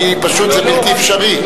זה בלתי אפשרי.